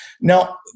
Now